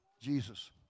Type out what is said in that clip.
Jesus